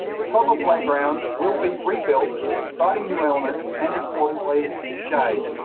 the toddler playground will be rebuilt with exciting new elements and, importantly, shade.